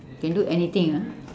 can do anything ah